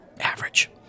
average